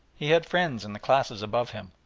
he had friends in the classes above him.